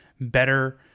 better